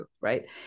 right